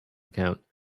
account